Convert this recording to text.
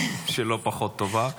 שהיא לא פחות טובה.